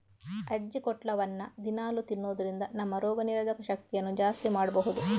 ಅಜ್ಜಿಕೊಟ್ಲವನ್ನ ದಿನಾಲೂ ತಿನ್ನುದರಿಂದ ನಮ್ಮ ರೋಗ ನಿರೋಧಕ ಶಕ್ತಿಯನ್ನ ಜಾಸ್ತಿ ಮಾಡ್ಬಹುದು